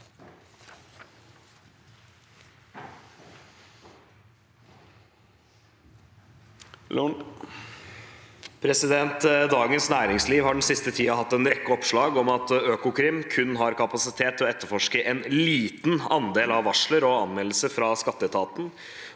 «Dagens Næ- ringsliv har den siste tiden hatt en rekke oppslag om at Økokrim kun har kapasitet til å etterforske en liten andel av varsler og anmeldelser fra Skatteetaten